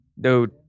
dude